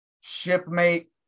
shipmate